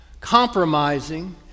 compromising